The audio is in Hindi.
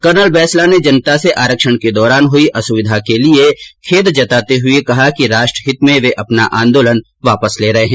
कर्नल बैंसला ने जनता से आरक्षण के दौरान हुई असुविधा के लिये खेद जताते हुए कहा कि राष्ट्र हित में वे अपना आंदोलन वापस ले रहे है